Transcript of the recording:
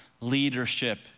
leadership